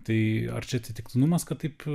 tai ar čia atsitiktinumas kad taip